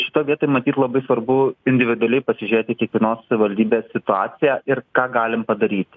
šitoj vietoj matyt labai svarbu individualiai pasižiūrėti kiekvienos savivaldybės situaciją ir ką galim padaryti